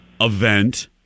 Event